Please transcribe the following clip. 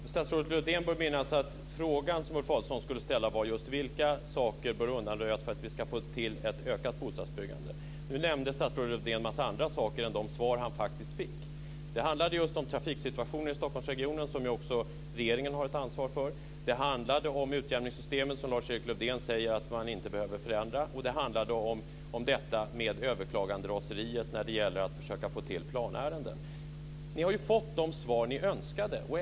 Fru talman! Statsrådet Lövdén bör påminna sig om att den fråga som Ulf Adelsohn skulle ställa just gällde vilka hinder som bör undanröjas för att vi ska få till stånd ett ökat bostadsbyggande. Nu nämnde statsrådet Lövdén en massa andra saker än de svar han faktiskt fick. Det handlade just om trafiksituationen i Stockholmsregionen, som också regeringen har ett ansvar för. Det handlade om utjämningssystemet, som Lars-Erik Lövdén säger att man inte behöver förändra. Det handlade om detta med överklaganderaseriet när det gäller att försöka få till planärenden. Ni har ju fått de svar ni önskade.